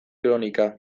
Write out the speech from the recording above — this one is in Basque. kronika